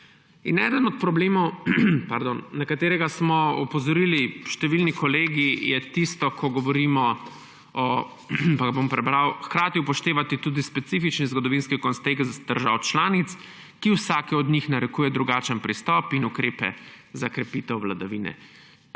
Eden od problemov, na katerega smo opozorili številni kolegi, je tisto, ko govorimo o – bom prebral: »Hkrati upoštevati tudi specifični zgodovinski kontekst držav članic, ki vsaki od njih narekuje drugačen pristop in ukrepe za krepitev vladavine